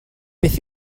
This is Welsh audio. beth